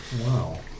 Wow